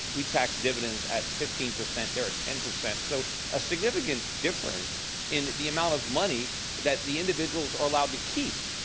we tax dividends dividends at fifteen percent, they're at ten percent, so a significant difference in the amount of money that the individuals are allowed to keep.